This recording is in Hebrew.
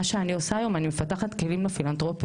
מה שאני עושה היום, אני מפתחת כלים לפילנתרופיה.